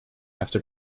after